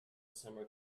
summer